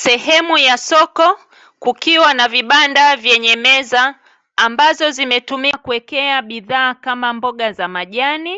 Sehemu ya soko kukiwa na vibanda vyenye meza ambazo zimetumiwa kuwekea bidhaa kama mboga za majani,